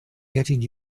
getting